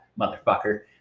motherfucker